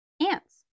ants